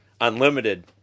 unlimited